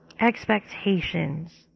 expectations